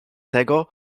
tego